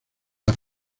las